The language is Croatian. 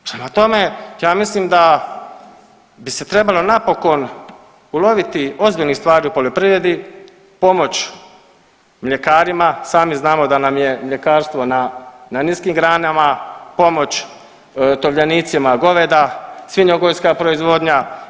Prema tome, ja mislim da bi se trebalo napokon uloviti ozbiljnih stvari u poljoprivredi, pomoć mljekarima, sami znamo da nam je mljekarstvo na niskim granama, pomoć tovljenicima goveda, svinjogojska proizvodnja.